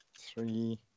Three